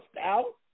out